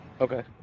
Okay